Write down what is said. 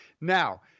Now